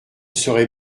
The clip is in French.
serait